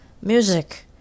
music